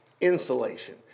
insulation